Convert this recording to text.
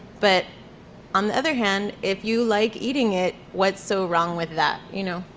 but on the other hand if you like eating it, what's so wrong with that, you know?